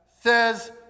says